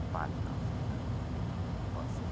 पानीको आवश्यकता पर्छ